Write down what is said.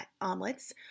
omelets